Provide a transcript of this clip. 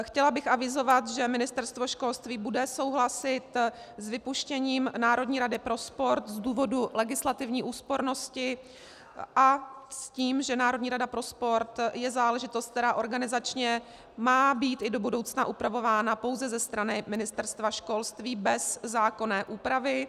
Chtěla bych avizovat, že Ministerstvo školství bude souhlasit s vypuštěním Národní rady pro sport z důvodu legislativní úspornosti a s tím, že Národní rada pro sport je záležitost, která organizačně má být i do budoucna upravována pouze ze strany Ministerstva školství bez zákonné úpravy.